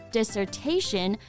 Dissertation